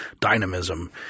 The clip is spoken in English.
dynamism